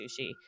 sushi